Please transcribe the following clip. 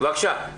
עוד בקשה.